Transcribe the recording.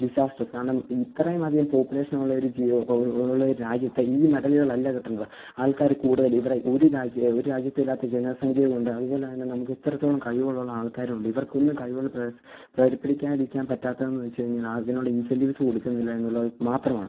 disastrous കാരണം ഇത്രയും അധികം പോപ്പുലേഷൻ ഉള്ള ഒരു ജി ഒ ഒ ഉള്ള ഒരു രാജ്യത്ത് ഈ മെഡലുകളല്ല കിട്ടേണ്ടത് ആള്ക്കാര് കൂടുതല് ഇവിടെ ഒരു രാജ്യ ഒരു രാജ്യത്തുവില്ലാത്ത ജനസംഖ്യയും ഉണ്ട് അതുപോലെതന്നെ നമുക്ക് ഇത്രത്തോളം കഴിവുകൾ ഉള്ള ആൾക്കാരും ഉണ്ട് ഇവര്ക്കൊന്നും കഴിവുകള് പ്രഹസ് പ്രകടിപ്പിടിക്കാതിരിക്കാൻ പാറ്റാത്തത് എന്ന് വെച്ച് കഴിഞ്ഞാല് അതിനുള്ള ഇന്സന്റീവ്സ് കൊടുക്കുന്നില്ല എന്നുള്ളത് മാത്രമാണ്